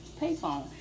payphone